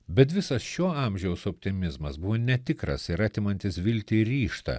bet visas šio amžiaus optimizmas buvo netikras ir atimantis viltį ir ryžtą